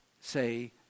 say